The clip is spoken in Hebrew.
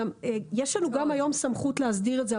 ויש לנו גם היום סמכות להסדיר את זה,